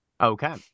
Okay